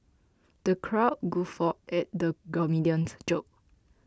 the crowd guffawed at the comedian's joke